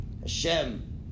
Hashem